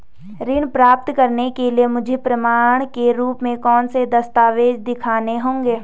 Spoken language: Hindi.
ऋण प्राप्त करने के लिए मुझे प्रमाण के रूप में कौन से दस्तावेज़ दिखाने होंगे?